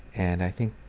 and i think